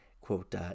quote